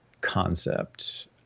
concept